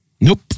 Nope